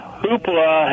hoopla